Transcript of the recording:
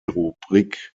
rubrik